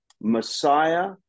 Messiah